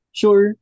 sure